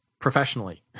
professionally